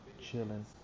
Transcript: chilling